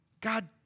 God